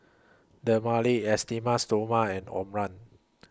Dermale Esteem Stoma and Omron